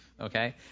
Okay